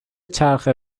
چرخه